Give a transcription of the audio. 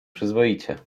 przyzwoicie